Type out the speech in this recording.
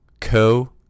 Co